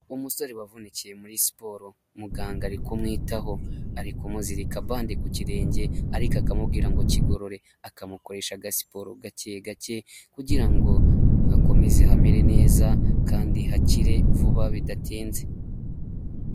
Umusore wavunikiye muri siporo, muganga ari kumwitaho, ari kumuzirika bande ku kirenge, ariko akamubwira ngo kigorore, akamukoresha agasiporo gake gake kugira ngo hakomeze hamere neza kandi hakire vuba bidatinze.